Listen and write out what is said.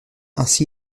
ainsi